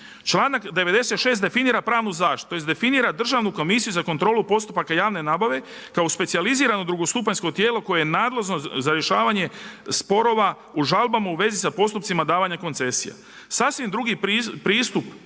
Članak 96. definira pravnu zaštitu, tj. definira Državnu komisiju za kontrolu postupaka javne nabave kao specijalizirano drugo stupanjsko tijelo koje je nadležno za rješavanje sporova u žalbama u vezi sa postupcima davanja koncesija. Sasvim drugi pristup